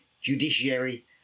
judiciary